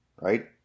right